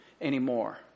anymore